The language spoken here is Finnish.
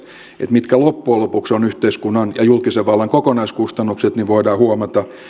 mitkä loppujen lopuksi ovat yhteiskunnan ja julkisen vallan kokonaiskustannukset voidaan huomata